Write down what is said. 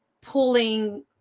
pulling